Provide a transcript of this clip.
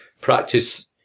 practice